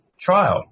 trial